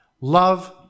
Love